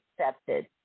accepted